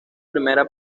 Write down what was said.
primera